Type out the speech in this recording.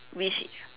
which